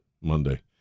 Monday